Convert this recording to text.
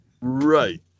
Right